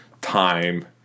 time